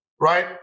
right